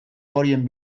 horien